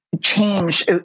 change